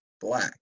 black